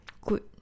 Good